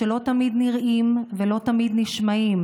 שלא תמיד נראים ולא תמיד נשמעים,